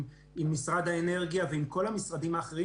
האנרגיה וכל האחרים,